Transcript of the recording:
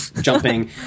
jumping